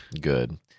good